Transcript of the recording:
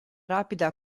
rapida